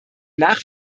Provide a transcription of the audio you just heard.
nach